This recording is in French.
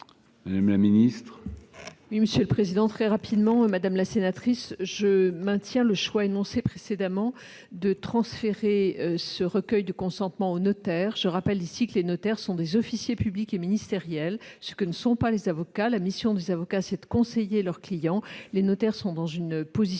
madame la ministre